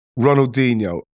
Ronaldinho